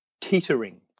teetering